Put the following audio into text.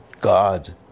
god